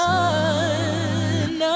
Sun